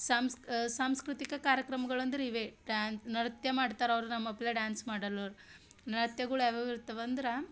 ಸಂಸ್ಕ್ರ ಸಾಂಸ್ಕೃತಿಕ ಕಾರ್ಯಕ್ರಮ್ಗಳು ಅಂದ್ರೆ ಇವೆ ಡ್ಯಾನ್ ನೃತ್ಯ ಮಾಡ್ತಾರೆ ಅವ್ರು ನಮ್ಮ ಅಪ್ಲೆ ಡ್ಯಾನ್ಸ್ ಮಾಡಲ್ಲ ಅವ್ರ ನೃತ್ಯಗಳು ಯಾವ್ಯಾವು ಇರ್ತವೆ ಅಂದ್ರೆ